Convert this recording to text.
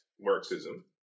Marxism